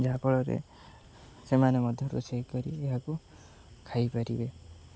ଯାହାଫଳରେ ସେମାନେ ମଧ୍ୟ ରୋଷେଇ କରି ଏହାକୁ ଖାଇପାରିବେ